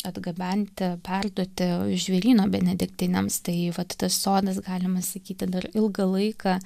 atgabenti perduoti žvėryno benediktinėms tai vat tas sodas galima sakyti dar ilgą laiką